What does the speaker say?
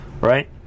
Right